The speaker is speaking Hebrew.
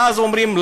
ואז אומרים,